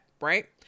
right